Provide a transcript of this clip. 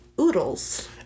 Oodles